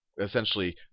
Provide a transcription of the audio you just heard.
essentially